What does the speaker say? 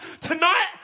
tonight